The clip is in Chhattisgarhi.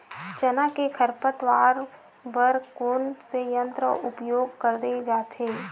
चना के खरपतवार बर कोन से यंत्र के उपयोग करे जाथे?